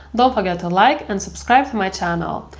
don't forget to like and subscribe to my channel.